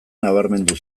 nabarmendu